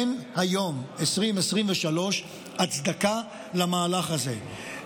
אין היום, ב-2023, הצדקה למהלך הזה.